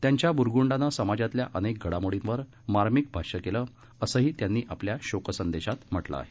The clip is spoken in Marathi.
त्यांच्या ब्रग्ंडानं समाजातल्या अनेक घडामोडींवर मार्मिक भाष्य केलं असंही त्यांनी या शोक संदेशात म्हटलं आहे